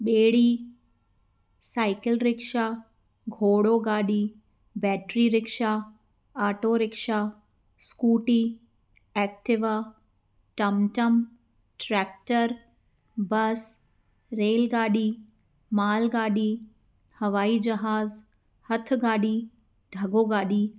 ॿेड़ी cycle rickshaw घोड़ो गाॾी battery rickshaw auto rickshaw Scooty Activa टमटम ट्रैक्टर बस रेलगाॾी मालगाॾी हवाई जहाज हथगाॾी ढॻो गाॾी